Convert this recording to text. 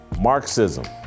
Marxism